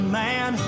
man